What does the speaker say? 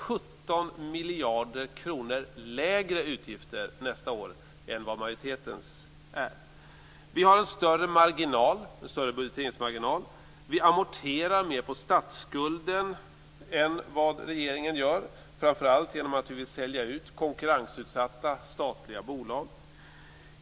17 miljarder kronor lägre utgifter nästa år än vad majoritetens innebär. Vi har en större budgeteringsmarginal. Vi amorterar mer på statsskulden än vad regeringen gör, framför allt genom att vi vill sälja ut konkurrensutsatta statliga bolag.